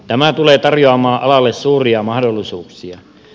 tämä tulee tarjoamaan alalle suuria mahdollisuuksia